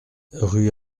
rue